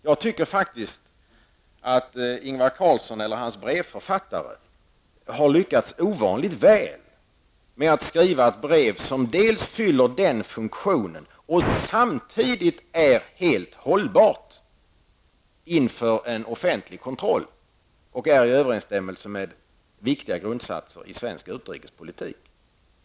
Jag tycker faktiskt att Ingvar Carlsson eller hans brevförfattare har lyckats ovanligt bra med att skriva ett brev som dels fyller den funktionen, dels och samtidigt är helt hållbart inför en offentlig kontroll. Innehållet i brevet står också i överensstämmelse med viktiga grundsatser i svensk utrikespolitik.